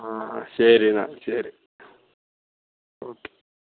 ആ ശരി എന്നാൽ ശരി ഓക്കെ